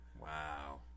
Wow